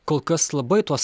kol kas labai tos